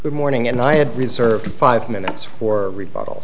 the morning and i had reserved five minutes for rebuttal